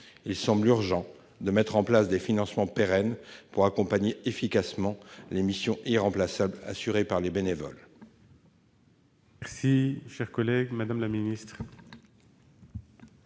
Il semble urgent de mettre en place des financements pérennes pour accompagner efficacement les missions irremplaçables assurées par les bénévoles.